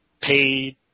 paid